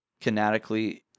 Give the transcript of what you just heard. kinetically